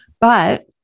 But-